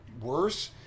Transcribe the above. worse